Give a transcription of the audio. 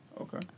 Okay